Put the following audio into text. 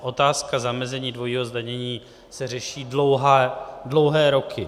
Otázka zamezení dvojího zdanění se řeší dlouhé roky.